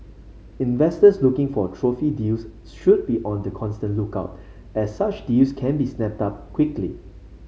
investors looking for trophy deals should be on the constant lookout as such deals can be snapped up quickly